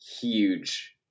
huge